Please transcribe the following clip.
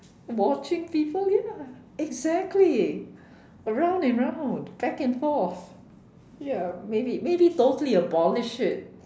watching people ya exactly round and round back and forth ya maybe maybe totally abolish it